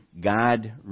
God